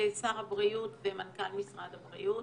הבריאות ומנכ"ל משרד הבריאות,